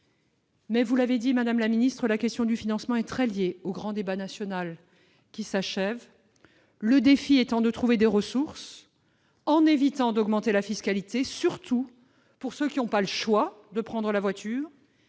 Vous l'avez souligné, madame la ministre, la question du financement est très liée au grand débat national qui s'achève. Le défi est de trouver des ressources en évitant d'augmenter la fiscalité, surtout pour ceux qui n'ont pas d'autre choix que de prendre leur voiture